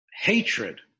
hatred